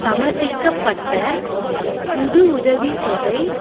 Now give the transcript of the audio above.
சமர்ப்பிக்கப்பட்ட புது உதவித் தொகை